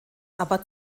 aber